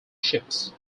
ships